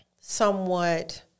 somewhat